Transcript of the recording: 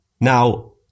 now